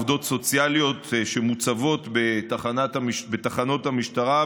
עובדות סוציאליות שמוצבות בתחנות המשטרה.